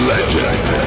Legend